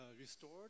restored